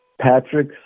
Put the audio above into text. Patrick